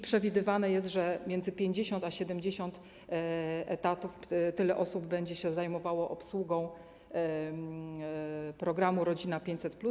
Przewidywane jest między 50 a 70 etatów - tyle osób będzie się zajmowało obsługą programu „Rodzina 500+”